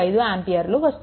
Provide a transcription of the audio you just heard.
75 ఆంపియర్లు వస్తుంది